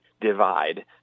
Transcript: divide